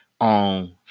on